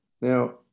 Now